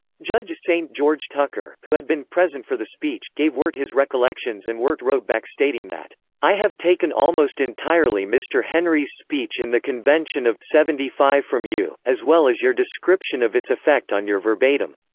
judge st. george tucker, who had been present for the speech, gave wirt his recollections and wirt wrote back stating that i have taken almost entirely mr. henry's speech in the convention of seventy five from you, as well as your description of its effect on your verbatim.